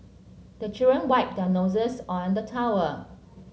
the children wipe their noses on the towel